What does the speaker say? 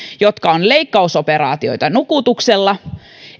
jotka ovat leikkausoperaatioita nukutuksella